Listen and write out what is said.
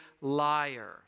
liar